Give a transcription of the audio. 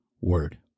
word